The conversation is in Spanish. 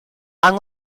han